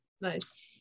Nice